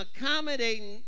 accommodating